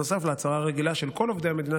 נוסף על ההצהרה הרגילה של כל עובדי המדינה,